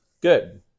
Good